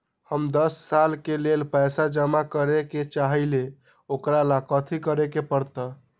हम दस साल के लेल पैसा जमा करे के चाहईले, ओकरा ला कथि करे के परत?